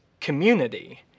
community